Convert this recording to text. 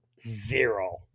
Zero